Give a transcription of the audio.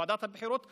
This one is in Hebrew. ועדת הבחירות אמרה: